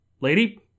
Lady